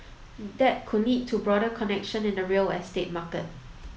that could lead to a broader connection in the real estate market